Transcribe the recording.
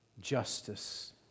justice